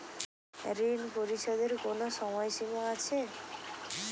ঋণ পরিশোধের কোনো সময় সীমা আছে?